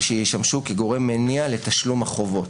שישמשו גורם מניע לתשלום החובות,